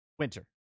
winter